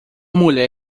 mulher